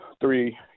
three